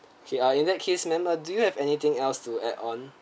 okay ah in that case ma'am do you have anything else to add on